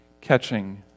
catching